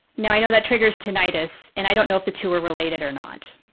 now, i know that triggers tinnitus, and i don't know if the two are related or not.